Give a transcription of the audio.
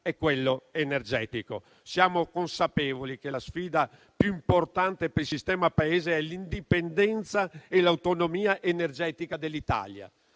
è quello energetico. Siamo consapevoli che la sfida più importante per il sistema Paese è l'indipendenza e l'autonomia energetica dell'Italia.